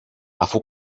αφού